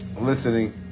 listening